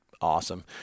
awesome